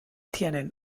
tienen